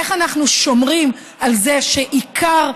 איך אנחנו שומרים על זה שעיקר,